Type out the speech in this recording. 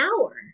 hour